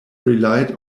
relied